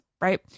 right